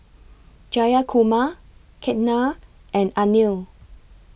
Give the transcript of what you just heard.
Jayakumar Ketna and Anil